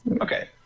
okay